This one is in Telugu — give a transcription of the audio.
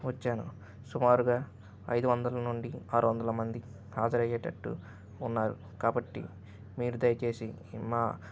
వచ్చాను సుమారుగా ఐదు వందల నుండి ఆరు వందల మంది హాజరయ్యేటట్టు ఉన్నారు కాబట్టి మీరు దయచేసి మా